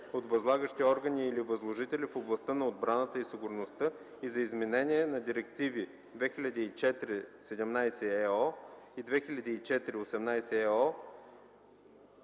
от възлагащи органи или възложители в областта на отбраната и сигурността и за изменение на директиви 2004/17/ЕО и 2004/18/ЕО